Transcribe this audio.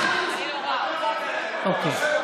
בבקשה.